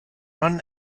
non